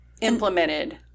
implemented